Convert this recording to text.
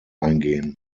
eingehen